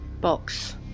Box